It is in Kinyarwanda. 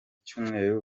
cyumweru